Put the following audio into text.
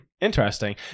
interesting